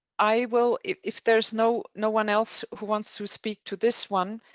i will if if there's no no one else who wants to speak to this one,